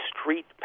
street